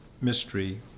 mystery